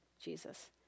Jesus